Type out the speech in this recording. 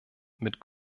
mit